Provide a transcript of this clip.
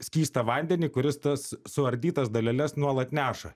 skystą vandenį kuris tas suardytas daleles nuolat neša